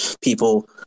people